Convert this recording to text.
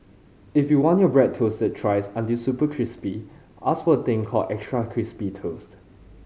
if you want your bread toasted thrice until super crispy ask for a thing called extra crispy toast